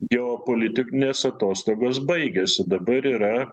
geopolitinės atostogos baigėsi dabar yra